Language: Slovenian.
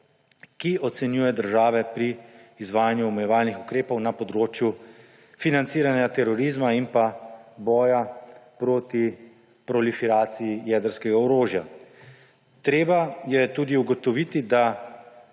ki ocenjuje države pri izvajanju omejevalnih ukrepov na področju financiranja terorizma in pa boja proto proliferaciji jedrskega orožja. Treba je tudi ugotoviti, da